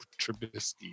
Trubisky